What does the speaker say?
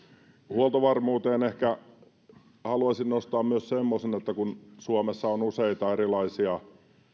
huoltovarmuudesta ehkä haluaisin nostaa myös semmoisen että kun suomessa on useita erilaisia